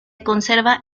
conserva